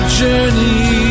journey